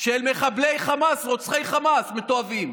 של מחבלי חמאס, רוצחי חמאס מתועבים.